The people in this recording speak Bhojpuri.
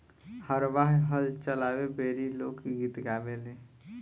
हरवाह हल चलावे बेरी लोक गीत गावेले